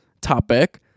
topic